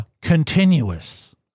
continuous